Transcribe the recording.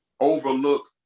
overlook